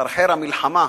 מחרחר המלחמה,